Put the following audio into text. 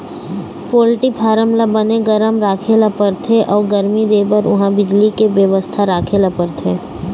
poultry farm ल बने गरम राखे ल परथे अउ गरमी देबर उहां बिजली के बेवस्था राखे ल परथे